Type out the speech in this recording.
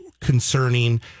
concerning